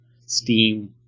Steam